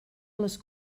les